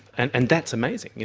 and and that's amazing.